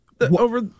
Over